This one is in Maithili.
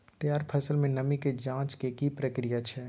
तैयार फसल में नमी के ज जॉंच के की प्रक्रिया छै?